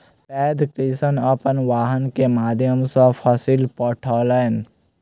पैघ कृषक अपन वाहन के माध्यम सॅ फसिल पठौलैन